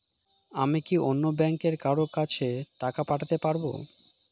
আমি কি অন্য ব্যাংকের কারো কাছে টাকা পাঠাতে পারেব?